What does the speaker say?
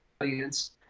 audience